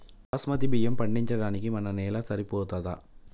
బాస్మతి బియ్యం పండించడానికి మన నేల సరిపోతదా?